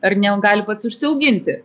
ar negali pats užsiauginti